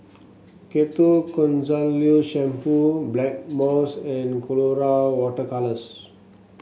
Ketoconazole Shampoo Blackmores and Colora Water Colours